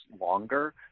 longer